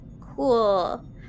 Cool